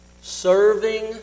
serving